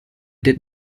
did